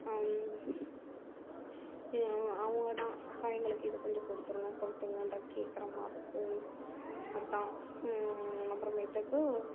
அவங்கதான் அக்கா எங்களுக்கு இதை கொஞ்சம் கொடுத்துருங்க கொடுத்துருங்கன்ற கேட்குற மாதிரி இருக்கும் அதுதான் அப்புறமேட்டுக்கு